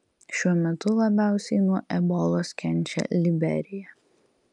šiuo metu labiausiai nuo ebolos kenčia liberija